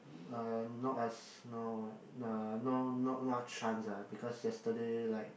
uh not as no uh no not not much chance ah because yesterday like